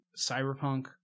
cyberpunk